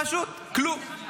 פשוט, כלום.